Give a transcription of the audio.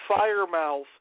Firemouth